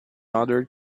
order